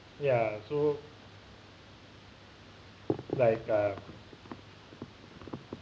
ya so like uh